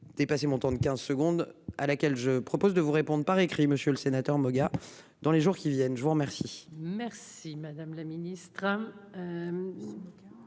Dépassé mon temps de 15 secondes à laquelle je propose de vous répondent par écrit, Monsieur le Sénateur Moga dans les jours qui viennent, je vous remercie. Merci madame la ministre,